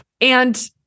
And-